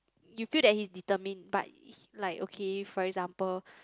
you feel that he is determine but like okay for example